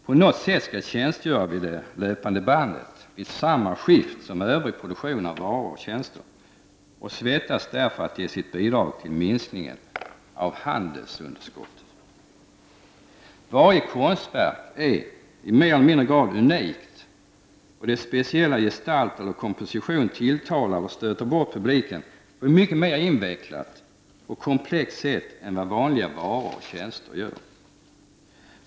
på något sätt skall tjänstgöra vid det löpande bandet vid samma skift som övrig produktion av varor och tjänster och svettas där för att ge sitt bidrag till minskningen av handelsunderskottet. Varje konstverk är mer eller mindre unikt, och dess speciella gestalt eller komposition tilltalar eller stöter bort publiken på ett mycket mera komplext sätt än vad vanliga varor och tjänster gör.